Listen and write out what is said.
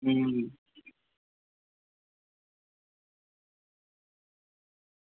अं